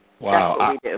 Wow